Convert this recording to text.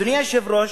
אדוני היושב-ראש,